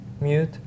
Mute